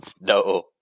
No